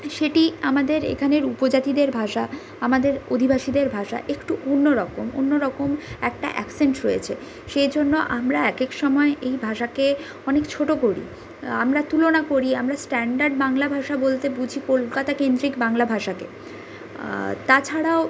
সেটি আমাদের এখানের উপজাতিদের ভাষা আমাদের অধিবাসীদের ভাষা একটু অন্য রকম অন্য রকম একটা অ্যাকসেন্ট রয়েছে সেজন্য আমরা এক এক সময় এই ভাষাকে অনেক ছোটো করি আমরা তুলনা করি আমরা স্ট্যান্ডার্ড বাংলা ভাষা বলতে বুঝি কলকাতা কেন্দ্রিক বাংলা ভাষাকে তাছাড়াও